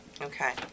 Okay